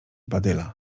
badyla